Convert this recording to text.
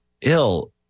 ill